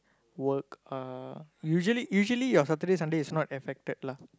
work uh usually usually your Saturday Sunday is not affected lah